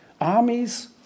armies